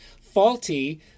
faulty